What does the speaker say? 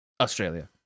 Australia